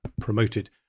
promoted